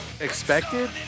Expected